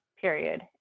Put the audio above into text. period